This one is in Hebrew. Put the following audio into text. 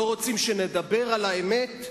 לא רוצים שנדבר על האמת,